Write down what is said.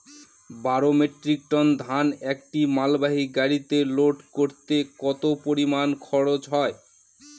বারো metric ton ধান একটি মালবাহী গাড়িতে লোড করতে কতো পরিমাণ খরচা হয়?